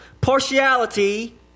Partiality